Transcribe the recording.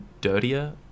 dirtier